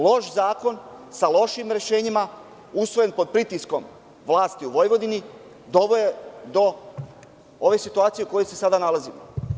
Loš zakon, sa lošim rešenjima, usvojen pod pritiskom vlasti u Vojvodini, doveo je do ove situacije u kojoj se sada nalazimo.